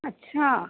अच्छा